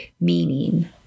meaning